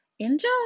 Enjoy